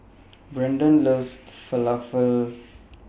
Brandan loves Falafel